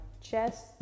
chest